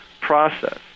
process